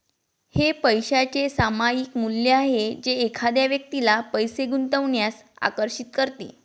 हे पैशाचे सामायिक मूल्य आहे जे एखाद्या व्यक्तीला पैसे गुंतवण्यास आकर्षित करते